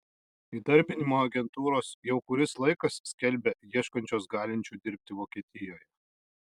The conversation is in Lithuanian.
įdarbinimo agentūros jau kuris laikas skelbia ieškančios galinčių dirbti vokietijoje